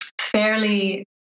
fairly